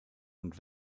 und